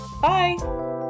bye